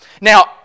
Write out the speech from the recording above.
Now